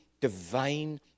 divine